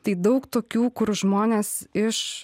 tai daug tokių kur žmonės iš